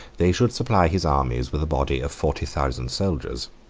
they should supply his armies with a body of forty thousand soldiers.